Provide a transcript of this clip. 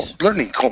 Learning